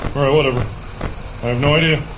alright whatever i have no idea